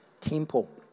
temple